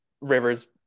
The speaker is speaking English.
Rivers